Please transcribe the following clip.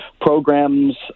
programs